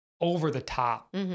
over-the-top